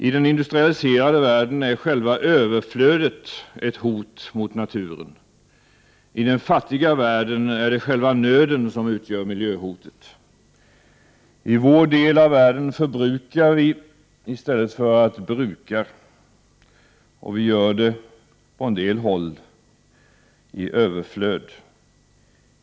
I den industrialiserade världen är själva överflödet ett hot mot naturen. I den fattiga världen är det själva nöden som utgör miljöhotet. I vår del av världen förbrukar vi i stället för att bruka och vi gör det på en del håll i överflöd.